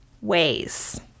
ways